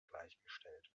gleichgestellt